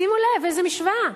שימו לב איזו משוואה.